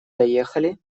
доехали